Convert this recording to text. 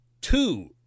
two